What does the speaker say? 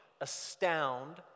astound